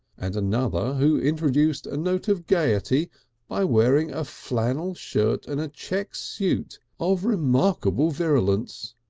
and another who introduced a note of gaiety by wearing a flannel shirt and a check suit of remarkable virulence.